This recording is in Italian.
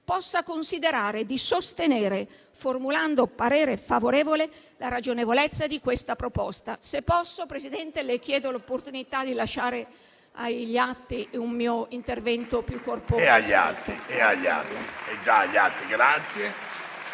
possa considerare di sostenere, formulando parere favorevole, la ragionevolezza di questa proposta. Signor Presidente, chiedo l'autorizzazione a lasciare agli atti un mio intervento più corposo.